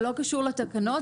זה לא קשור לתקנות.